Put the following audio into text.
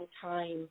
time